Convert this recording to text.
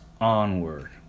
onward